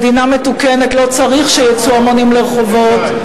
במדינה מתוקנת לא צריך שיצאו המונים לרחובות.